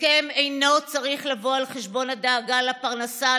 הסכם אינו צריך לבוא על חשבון הדאגה לפרנסה,